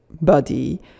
body